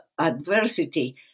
adversity